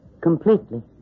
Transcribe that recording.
Completely